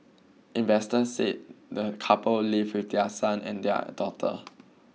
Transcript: investors say the couple live with their son and their daughter